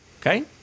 Okay